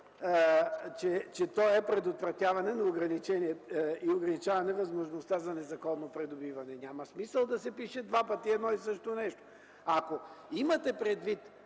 че той е предотвратяване и ограничаване възможността за незаконно придобиване? Няма смисъл да се пише два пъти едно и също нещо. Ако имате предвид